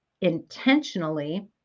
intentionally